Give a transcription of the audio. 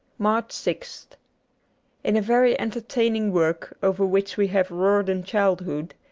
march sixth in a very entertaining work, over which we have roared in childhood,